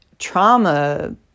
Trauma